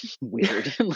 weird